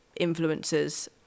influencers